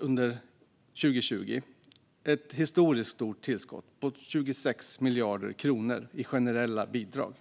under 2020 tillfört ett historiskt stort tillskott på 26 miljarder kronor i generella bidrag.